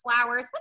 flowers